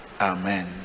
Amen